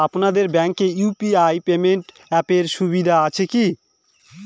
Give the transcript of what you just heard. আপনাদের ব্যাঙ্কে UPI payment অ্যাপের সুবিধা আছে কি?